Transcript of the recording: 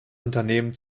unternehmen